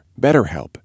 BetterHelp